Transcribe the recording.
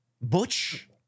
Butch